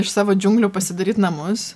iš savo džiunglių pasidaryt namus